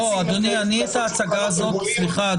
להציג --- סליחה,